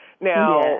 Now